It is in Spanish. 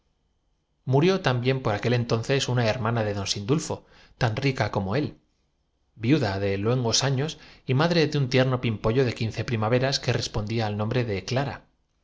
murió también por aquel entonces una hermána de don sindulfo tan rica como él viuda de luengos años aguja enhebrada se desmayaba lo que á pesar de sus buenos propósitos la impedía ocuparse de los y madre de un tierno pimpollo de quince primaveras que respondía al nombre de clara